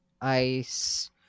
ice